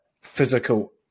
physical